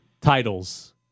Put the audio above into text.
titles